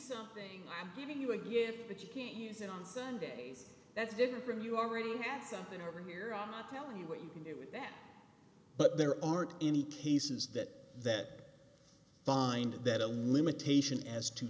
something i'm giving you a gift but you can't use it on sundays that's different from you are reading out something over here i'm not telling you what you can do with that but there aren't any cases that that find that a limitation as to